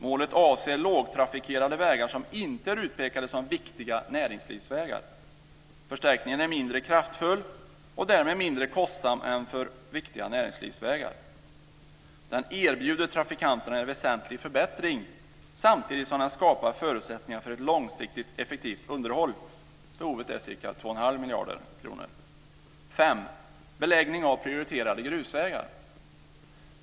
Målet avser lågtrafikerade vägar som inte är utpekade som viktiga näringslivsvägar. Förstärkningen är mindre kraftfull och därmed mindre kostsam än för viktiga näringslivsvägar. Den erbjuder trafikanterna en väsentlig förbättring samtidigt som den skapar förutsättningar för ett långsiktigt effektivt underhåll. Behovet är ca För det femte beläggning av prioriterade grusvägar.